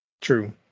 True